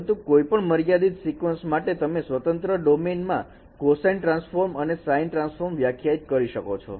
પરંતુ કોઈ પણ મર્યાદિત sequence માટે તમે સ્વતંત્ર ડોમેનમાં કોસાઈન ટ્રાન્સફોર્મ અને સાઇન ટ્રાન્સફોર્મ વ્યાખ્યાયિત કરી શકો છો